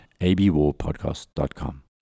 abwarpodcast.com